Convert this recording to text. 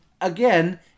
again